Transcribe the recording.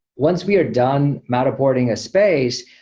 once we are done matterporting a space,